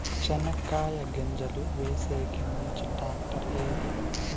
చెనక్కాయ గింజలు వేసేకి మంచి టాక్టర్ ఏది?